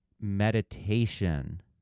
meditation